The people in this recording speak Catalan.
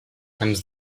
ens